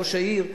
ראש העיר,